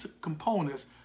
components